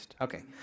Okay